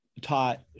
taught